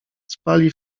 spali